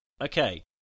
Okay